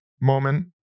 moment